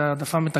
זה העדפה מתקנת.